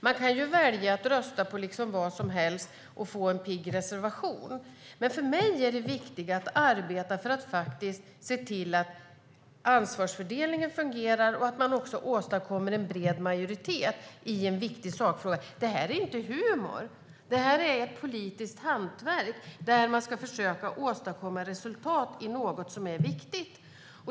Man kan välja att rösta på vad som helst och få en pigg reservation, men för mig är det viktiga att arbeta för att se till att ansvarsfördelningen fungerar och att man åstadkommer en bred majoritet i en viktig sakfråga. Det är inte humor. Det är ett politiskt hantverk där man ska försöka åstadkomma resultat i något som är viktigt.